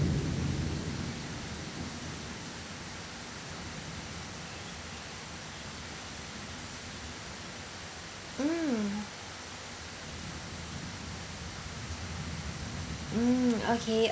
mm mm okay